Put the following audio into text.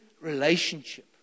relationship